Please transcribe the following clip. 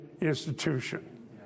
institution